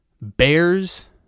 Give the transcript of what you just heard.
Bears